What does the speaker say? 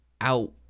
out